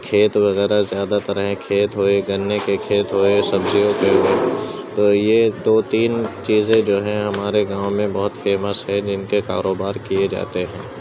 کھیت وغیرہ زیادہ تر ہیں کھیت ہوئے گنّے کے کھیت ہوئے سبزیوں کے ہوئے تو یہ دو تین چیزیں جو ہیں ہمارے گاؤں میں بہت فیمس ہے جن کے کاروبار کیے جاتے ہیں